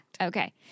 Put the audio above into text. Okay